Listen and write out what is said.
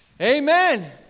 Amen